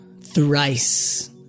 Thrice